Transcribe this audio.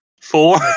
Four